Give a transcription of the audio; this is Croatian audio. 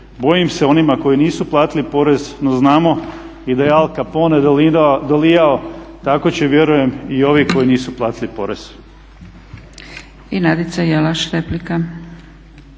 bojim se onima koji nisu platili porez. No znamo i da je Al Capone dolijao pa tako će vjerujem i ovi koji nisu platili porez.